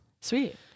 Sweet